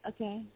Okay